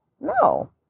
No